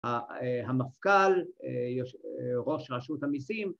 ‫המפכ"ל, ראש ראשות המיסים.